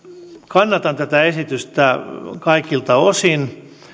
kannatan tätä esitystä kaikilta osin